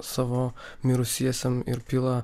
savo mirusiesiem ir pila